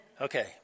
Okay